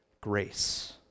grace